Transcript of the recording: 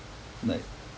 like